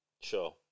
Sure